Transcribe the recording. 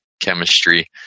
chemistry